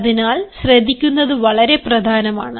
അതിനാൽ ശ്രദ്ധിക്കുന്നത് വളരെ പ്രധാനമാണ്